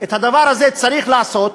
שאת הדבר הזה צריך לעשות,